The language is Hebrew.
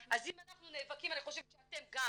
אז אם אנחנו נאבקים, אני חושבת שאתם גם,